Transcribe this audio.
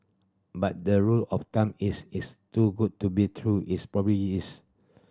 but the rule of thumb is it's too good to be true is probably is